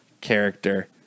character